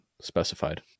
specified